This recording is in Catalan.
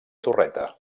torreta